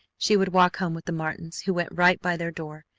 she would walk home with the martins, who went right by their door.